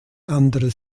andere